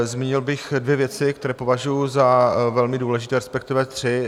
Zmínil bych dvě věci, které považuji za velmi důležité, respektive tři.